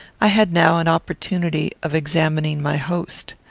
i had now an opportunity of examining my host.